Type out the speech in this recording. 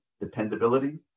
dependability